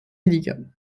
délicat